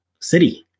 city